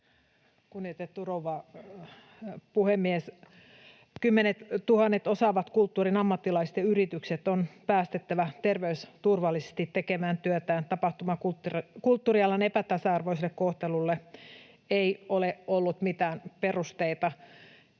Kunnioitettu rouva puhemies! Kymmenettuhannet osaavat kulttuurin ammattilaiset ja yritykset on päästettävä terveysturvallisesti tekemään työtään. Tapahtuma- ja kulttuurialan epätasa-arvoiselle kohtelulle ei ole ollut mitään perusteita.